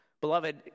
Beloved